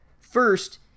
First